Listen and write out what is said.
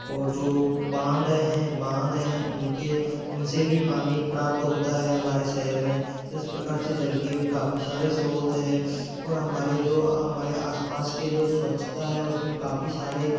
और जो बांध हैं बांध हैं उनके उनसे भी पानी प्राप्त होता है हमारे शहर में तो इस प्रकार से जल के भी काफ़ी सारे स्रोत है और हमारे जो हमारे आसपास के जो स्वच्छता है उसमे काफ़ी सारे